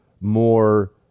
more